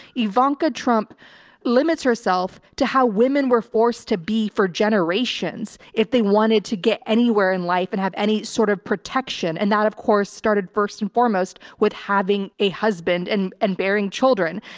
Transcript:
ivanka trump limits herself to how women were forced to be for generations if they wanted to get anywhere in life and have any sort of protection. and that of course started first and foremost with having a husband and, and bearing children.